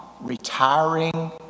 retiring